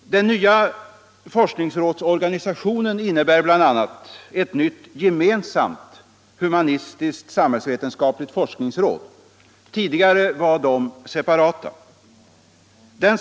Den nya forskningsrådsorganisationen innebär bl.a. ett nytt gemensamt humanistiskt-samhällsvetenskapligt forskningsråd. Tidigare var det separata forskningsråd.